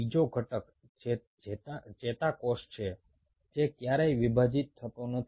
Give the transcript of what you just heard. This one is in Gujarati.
બીજો ઘટક જે ચેતાકોષ છે જે ક્યારેય વિભાજિત થતો નથી